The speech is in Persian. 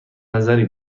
نظری